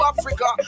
Africa